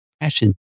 Passion